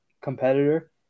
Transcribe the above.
competitor